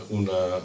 una